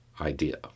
idea